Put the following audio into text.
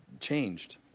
changed